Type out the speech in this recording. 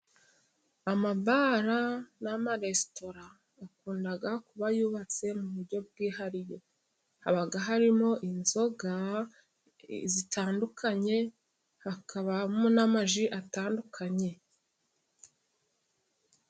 Amabara n'amaresitora akunda kuba yubatse mu buryo bwihariye, haba harimo inzoga zitandukanye hakabamo n'amaji atandukanye.